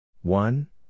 One